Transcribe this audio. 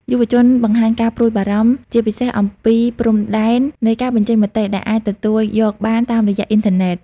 យុវជនបង្ហាញការព្រួយបារម្ភជាពិសេសអំពីព្រំដែននៃការបញ្ចេញមតិ ដែលអាចទទួលយកបានតាមរយះអ៊ីនធឺណិត។